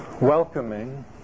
Welcoming